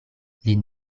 lin